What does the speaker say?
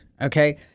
okay